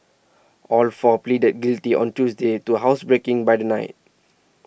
all four pleaded guilty on Tuesday to housebreaking by the night